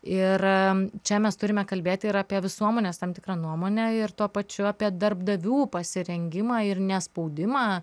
ir čia mes turime kalbėti ir apie visuomenės tam tikrą nuomonę ir tuo pačiu apie darbdavių pasirengimą ir ne spaudimą